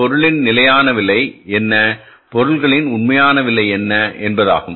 பொருளின் நிலையான விலை என்ன பொருளின் உண்மையான விலை என்ன என்பதாகும்